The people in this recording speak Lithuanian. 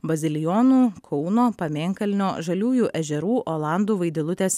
bazilijonų kauno pamėnkalnio žaliųjų ežerų olandų vaidilutės